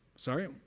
Sorry